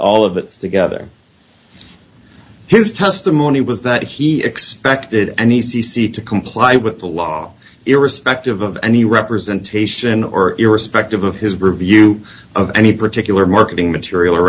all of this together his testimony was that he expected any c c to comply with the law irrespective of any representation or irrespective of his review of any particular marketing material or